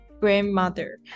grandmother